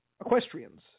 equestrians